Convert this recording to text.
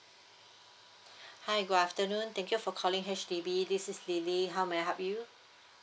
hi good afternoon thank you for calling H_D_B this is lily how may I help you